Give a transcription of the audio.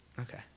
Okay